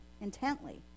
intently